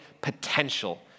potential